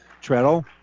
Treadle